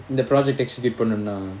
இந்த:intha project exhibit பண்ணுனா:pannuna